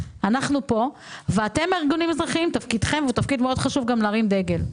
אנחנו פה והתפקיד החשוב של הארגונים האזרחיים הוא להרים דגל.